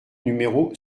numéro